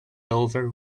over